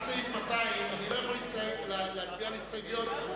עד סעיף 200 אני לא יכול להצביע על הסתייגויות.